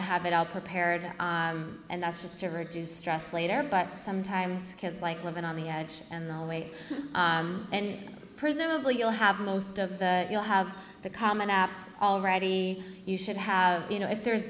to have it all prepared and that's just to reduce stress later but sometimes kids like living on the edge and the weight and presumably you'll have most of the you'll have the common app already you should have you know if there's